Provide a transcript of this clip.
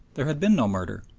there had been no murder.